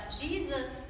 Jesus